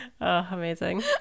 Amazing